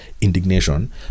indignation